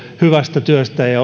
hyvästä työstään ja